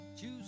choose